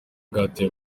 bwateye